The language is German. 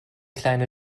kleine